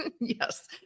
Yes